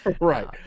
Right